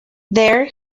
there